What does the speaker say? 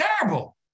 terrible